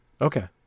Okay